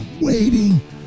waiting